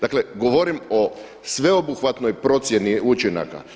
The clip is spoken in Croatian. Dakle govorim o sveobuhvatnoj procjeni učinaka.